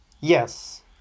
Yes